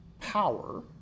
power